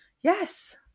yes